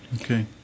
Okay